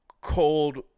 cold